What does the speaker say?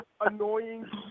annoying